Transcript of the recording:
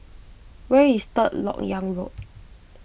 where is Third Lok Yang Road